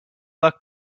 luck